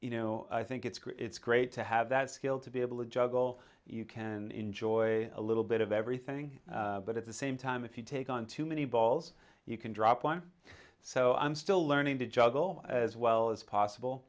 you know i think it's great it's great to have that skill to be able to juggle you can enjoy a little bit of everything but at the same time if you take on too many balls you can drop one so i'm still learning to juggle as well as possible